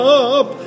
up